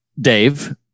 dave